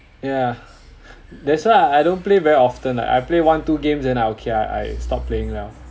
yeah that's why I don't play very often like I play one two games then I okay I I stop playing liao